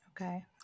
Okay